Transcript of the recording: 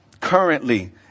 currently